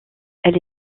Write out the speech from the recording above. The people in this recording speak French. elle